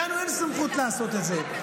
לנו אין סמכות לעשות את זה.